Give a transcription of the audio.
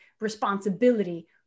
responsibility